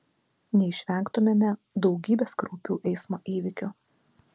neišvengtumėme daugybės kraupių eismo įvykių